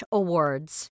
awards